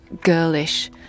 girlish